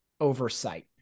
oversight